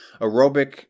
aerobic